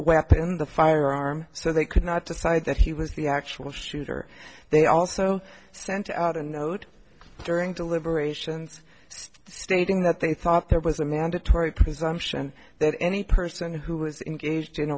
the firearm so they could not decide that he was the actual shooter they also sent out a note during deliberations stating that they thought there was a mandatory presumption that any person who was engaged in